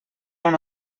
una